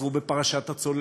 וחזרו בפרשת הצוללות,